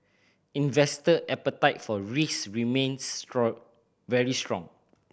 investor appetite for risk remains very strong